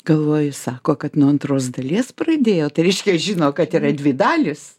galvoju sako kad nuo antros dalies pradėjo tai reiškia žino kad yra dvi dalys